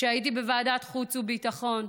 כשהייתי בוועדת חוץ וביטחון,